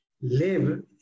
live